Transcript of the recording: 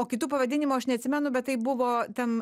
o kitų pavadinimų aš neatsimenu bet tai buvo ten